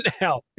now